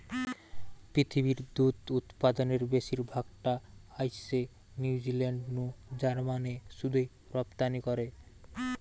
পৃথিবীর দুধ উতপাদনের বেশির ভাগ টা আইসে নিউজিলান্ড নু জার্মানে শুধুই রপ্তানি করে